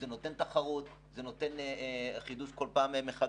זה נותן תחרות, זה נותן חידוד כל פעם מחדש.